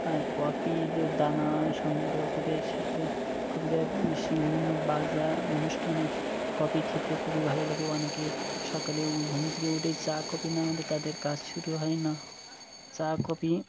আর coffee যে দানা সংগ্রহ করে সেগুলো কফি সে বিভিন্ন বাজা অনুষ্ঠানে কফি খেতে খুবই ভালো লাগে অনেকে সকালে ঘুম থেকে উঠে চা কফি না হলে তাদের কাজ শুরু হয় না চা কপি